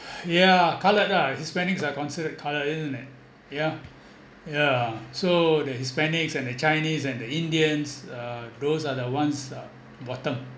yeah coloureds ah hispanics are considered coloured isn't it yeah yeah so the hispanics and the chinese and the indians uh those are the ones uh bottom